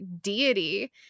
deity